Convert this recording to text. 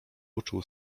uczuł